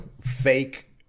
fake